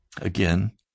Again